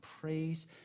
praise